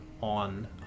on